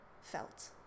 felt